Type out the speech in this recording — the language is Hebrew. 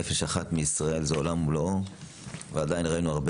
נפש אחת מישראל זה עולם ומלואו ועדיין ראינו הרבה